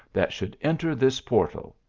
that should enter this portal.